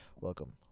welcome